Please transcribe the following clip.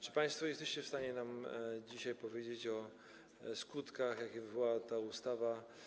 Czy państwo jesteście w stanie nam dzisiaj powiedzieć o skutkach, jakie wywoła ta ustawa?